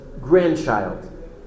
grandchild